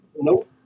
Nope